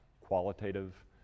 qualitative